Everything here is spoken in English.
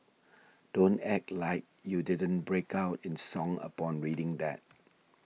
don't act like you didn't break out in song upon reading that